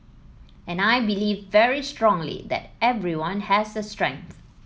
and I believe very strongly that everyone has a strength